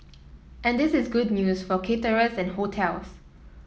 and this is good news for caterers and hotels